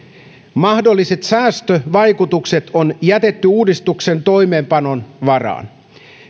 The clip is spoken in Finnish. mahdolliset säästövaikutukset on jätetty uudistuksen toimeenpanon varaan